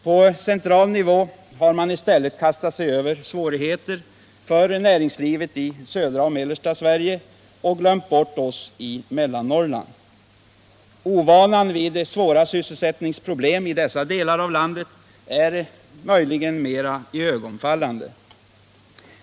På central nivå har man i stället kastat sig över svårigheter för näringslivet i södra och mellersta Sverige och glömt bort oss i Mellannorrland. Ovanan vid svåra sysselsättningsproblem i dessa delar av landet är möjligen mera iögonfallande.